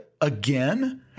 again